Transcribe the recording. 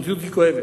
המציאות היא כואבת.